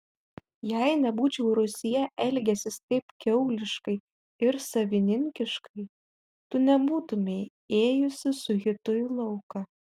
jei nebūčiau rūsyje elgęsis taip kiauliškai ir savininkiškai tu nebūtumei ėjusi su hitu į lauką